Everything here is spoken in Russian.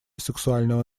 сексуального